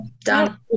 Done